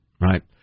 right